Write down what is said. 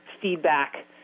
feedback